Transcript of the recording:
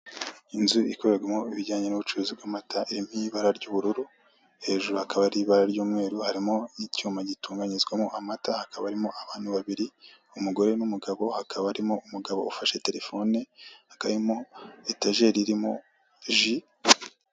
Inzu ikorerwamo ibijyanye n'ubucuruzi bw'amata irimo ibara ry'ubururu, hejuru hakaba harimo ibara ry'umweru harimo icyuma gitunganyurizwamo amata hakaba harimo abantu babiri umugore n'umugabo hakaba harimo umugabo ufashe terefone hakaba harimo etajeri irimo ji.